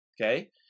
okay